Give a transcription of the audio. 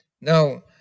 Now